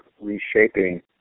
reshaping